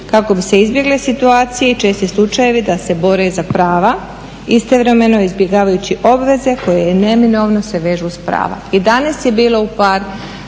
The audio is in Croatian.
kako bi se izbjegle situacije i česti slučajevi da se bore za prava istovremeno izbjegavajući obveze koje neminovno se vežu uz prava.